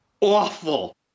awful